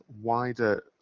wider